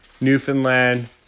Newfoundland